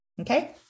okay